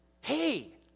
hey